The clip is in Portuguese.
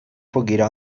fogueira